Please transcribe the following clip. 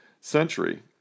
century